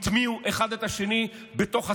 הטמיעו אחד את השני בתוך עצמם,